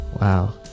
Wow